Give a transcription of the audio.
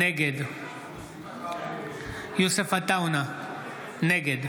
נגד יוסף עטאונה, נגד